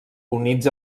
units